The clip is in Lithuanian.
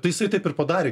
tai isai taip ir padarė